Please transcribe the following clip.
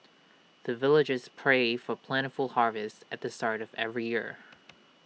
the villagers pray for plentiful harvest at the start of every year